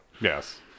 Yes